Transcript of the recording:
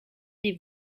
des